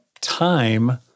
time